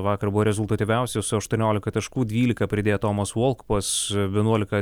vakar buvo rezultatyviausias su aštuoniolika taškų dvylika pridėjo tomas volkovas vienuolika